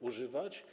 używać.